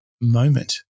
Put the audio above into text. moment